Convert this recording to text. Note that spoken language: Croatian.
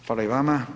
Hvala i vama.